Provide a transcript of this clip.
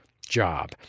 job